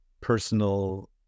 personal